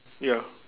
ya